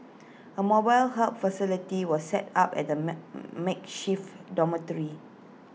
A mobile help facility was set up at the makeshift dormitory